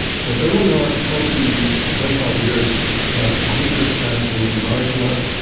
so it's only in the last twenty to twenty five years that computers have been large enough,